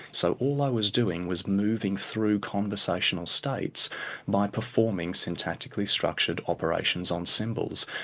so all i was doing was moving through conversational states by performing syntactically structured operations on symbols.